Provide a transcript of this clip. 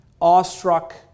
awestruck